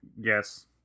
Yes